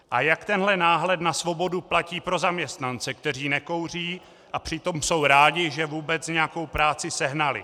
A jak tenhle náhled na svobodu platí pro zaměstnance, kteří nekouří a přitom jsou rádi, že vůbec nějakou práci sehnali?